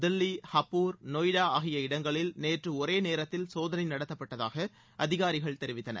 தில்லி ஹப்பூர் நொய்டா ஆகிய இடங்களில் நேற்று ஒரே நேரத்தில் சோதளை நடத்தப்பட்டதாக அதிகாரிகள் தெரிவித்தனர்